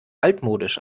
altmodisch